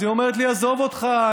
אז היא אומרת לי: עזוב אותך,